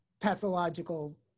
pathological